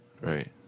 Right